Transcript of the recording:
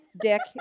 dick